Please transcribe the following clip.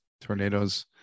Tornadoes